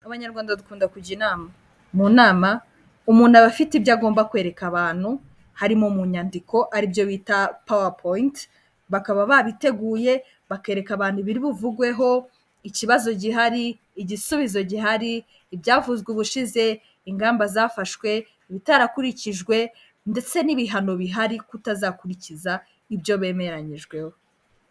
Abanyarwanda dukunda kujya inama. Mu nama umuntu aba afite ibyo agomba kwereka abantu, harimo mu nyandiko aribyo bita Power point, bakaba babiteguye, bakereka abantu ibiri buvugweho, ikibazo gihari, igisubizo gihari, ibyavuzwe ubushize, ingamba zafashwe, ibitarakurikijwe ndetse n'ibihano bihari kutazakurikiza ibyo bemeranyijweho.